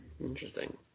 Interesting